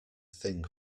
thing